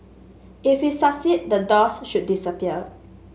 if we succeed the doors should disappear